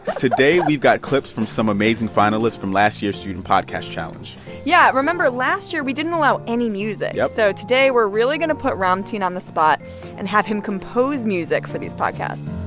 today, we've got clips from some amazing finalists from last year's student podcast challenge yeah. remember, last year, we didn't allow any music. so today, we're really going to put ramtin on the spot and have him compose music for these podcasts